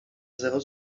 zero